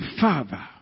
father